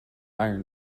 iron